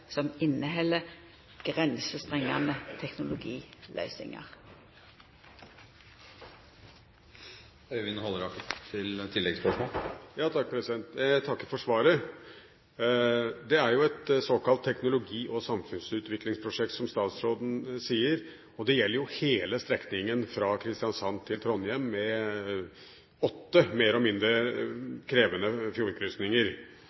Jeg takker for svaret. Dette er jo et såkalt teknologi- og samfunnsutviklingsprosjekt, som statsråden sier, og det gjelder hele strekningen fra Kristiansand til Trondheim, med åtte mer eller mindre